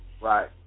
Right